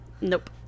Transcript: Nope